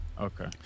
okay